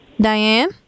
Diane